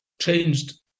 changed